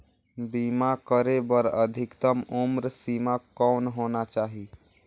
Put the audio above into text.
बीमा करे बर अधिकतम उम्र सीमा कौन होना चाही?